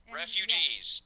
refugees